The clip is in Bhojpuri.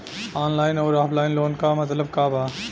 ऑनलाइन अउर ऑफलाइन लोन क मतलब का बा?